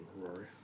Rory